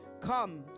Come